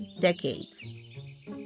decades